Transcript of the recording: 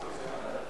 נמנעים.